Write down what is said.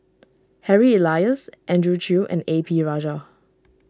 Harry Elias Andrew Chew and A P Rajah